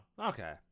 okay